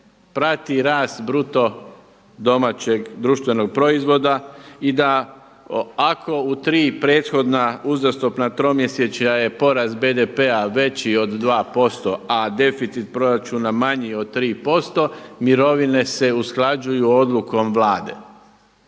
prati rast bruto domaćeg društvenog proizvoda i da ako u tri prethodna uzastopna tromjesečja je porast BDP-a veći od 2% a deficit proračuna manji od 3% mirovine se usklađuju odlukom Vlade.